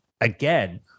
again